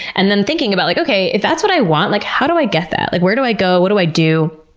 and thinking about, like okay, if that's what i want, like how do i get that? like where do i go? what do i do?